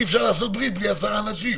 אי אפשר לעשות ברית בלי עשרה אנשים,